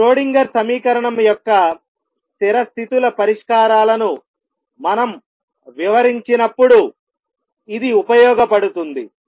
Schrodinger సమీకరణం యొక్క స్థిర స్థితుల పరిష్కారాలను మనం వివరించినప్పుడు ఇది ఉపయోగపడుతుంది